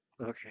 Okay